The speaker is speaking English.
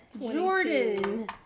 Jordan